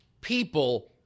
people